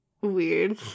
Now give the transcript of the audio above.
weird